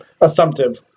assumptive